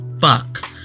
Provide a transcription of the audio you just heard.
fuck